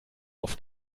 auf